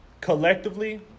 collectively